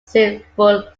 civil